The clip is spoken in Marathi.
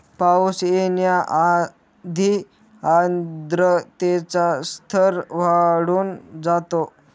पाऊस येण्याआधी आर्द्रतेचा स्तर वाढून जातो